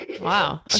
Wow